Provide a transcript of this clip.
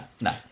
no